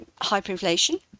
hyperinflation